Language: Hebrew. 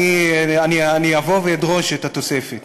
אני אבוא ואדרוש את התוספת.